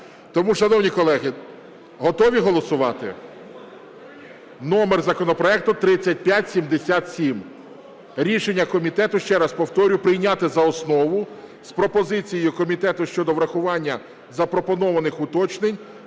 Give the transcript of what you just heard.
Тому, шановні колеги, готові голосувати? Номер законопроекту 3577. Рішення комітету, ще раз повторюю, прийняти за основу з пропозицією комітету щодо врахування запропонованих уточнень